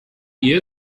ehe